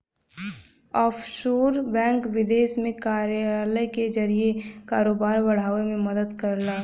offshore bank विदेश में कार्यालय के जरिए कारोबार बढ़ावे में मदद करला